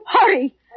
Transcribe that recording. hurry